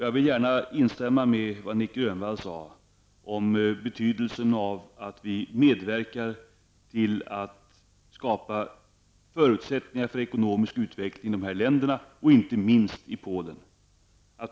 Jag vill gärna instämma i vad Nic Grönvall sade om betydelsen av att vi medverkar till att skapa förutsättningar för ekonomisk utveckling i dessa länder, och inte minst i Polen.